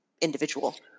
individual